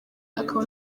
akaba